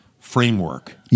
framework